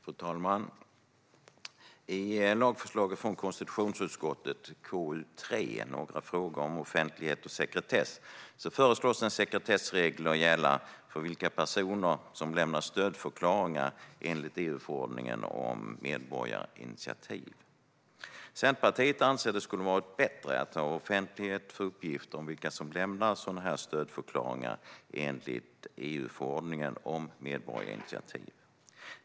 Fru talman! I lagförslaget från konstitutionsutskottet KU3, Några frågor om offentlighet och sekretess , föreslås en sekretessregel gälla för personer som lämnar stödförklaringar enligt EU-förordningen om medborgarinitiativ. Centerpartiet anser att det skulle ha varit bättre att ha offentlighet för uppgifter om vilka som lämnar sådana stödförklaringar enligt EU-förordningen om medborgarinitiativ.